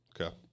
Okay